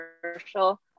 commercial